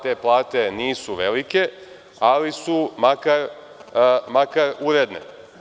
Te plate nisu velike, ali su makar uredne.